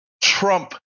Trump